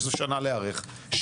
יש שנה להיערך,